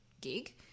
gig